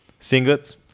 Singlets